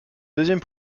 deuxième